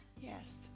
Yes